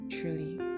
truly